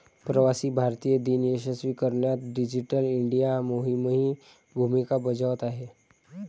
प्रवासी भारतीय दिन यशस्वी करण्यात डिजिटल इंडिया मोहीमही भूमिका बजावत आहे